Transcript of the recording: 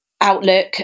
outlook